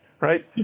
right